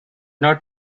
not